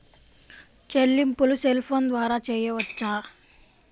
చెల్లింపులు cell phone ద్వారా చేయవచ్చా?